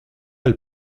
elle